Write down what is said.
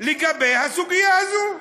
לגבי הסוגיה הזאת.